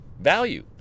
value